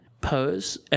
pose